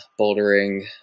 bouldering